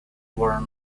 were